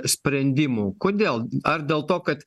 sprendimų kodėl ar dėl to kad